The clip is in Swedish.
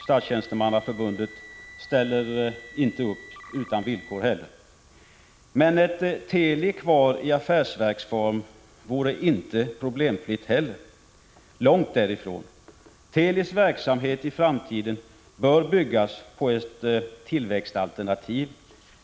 SF ställer inte heller upp utan villkor. Men ett Teli kvar i affärsverksform vore långt ifrån problemfritt. Telis verksamhet i framtiden bör byggas på ett tillväxtalternativ.